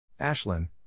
Ashlyn